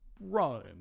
Rome